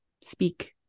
speak